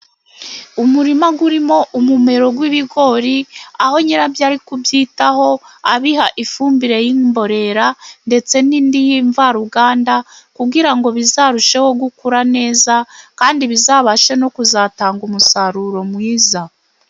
Umurima urimo umumero w'ibigori, aho nyirabyo ari kubyitaho abiha ifumbire y'imborera ndetse n'indi mvaruganda kugira ngo bizarusheho gukura neza kandi bizabashe no kuzatanga umusaruro mwiza.